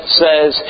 says